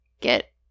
get